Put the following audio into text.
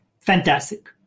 fantastic